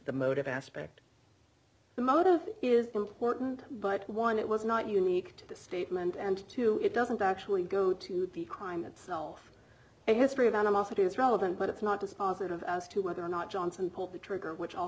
the motive aspect the motive is important but one it was not unique to the statement and two it doesn't actually go to the crime itself history of animosity is relevant but it's not dispositive as to whether or not johnson pulled the trigger which all